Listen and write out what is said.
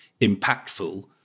impactful